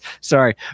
sorry